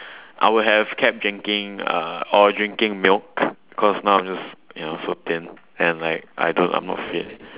I would have kept drinking uh or drinking milk cause now I'm just ya know so thin and like I don't I'm not fit